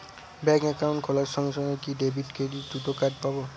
Bank account খোলার সঙ্গে সঙ্গে কি ডেবিট ক্রেডিট দুটো কার্ড পাবো?